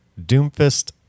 Doomfist